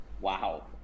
Wow